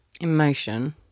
Emotion